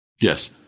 Yes